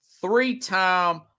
three-time